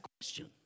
question